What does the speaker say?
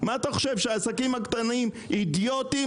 אתה חושב שהעסקים הקטנים אידיוטים?